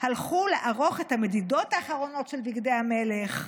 הלכו לערוך את המדידות האחרונות של בגדי המלך,